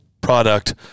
product